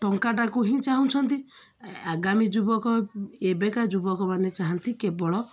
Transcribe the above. ଟଙ୍କାଟାକୁ ହିଁ ଚାହୁଁଛନ୍ତି ଆଗାମୀ ଯୁବକ ଏବେକା ଯୁବକମାନେ ଚାହାଁନ୍ତି କେବଳ